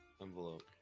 Envelope